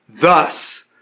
thus